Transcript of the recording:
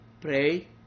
pray